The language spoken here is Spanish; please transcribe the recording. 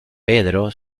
pedro